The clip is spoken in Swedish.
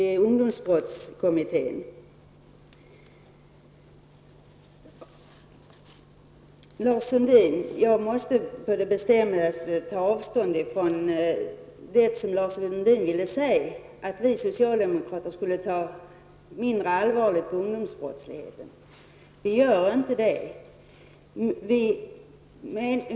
Herr talman! Begär inte ni, Krister Skånberg, just en utredning i reservation nr 4? Krister Skånberg tycktes mena att vi utreder för mycket. Men det är väl en utredning han vill ha, och den får vi genom ungdomsbrottskommittén. Jag vill å det bestämdaste ta avstånd från det Lars Sundin sade om att vi socialdemokrater skulle ta mindre allvarligt på ungdomsbrottsligheten. Vi gör inte det.